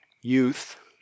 youth